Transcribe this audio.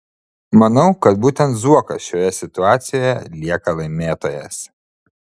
manau kad būtent zuokas šioje situacijoje lieka laimėtojas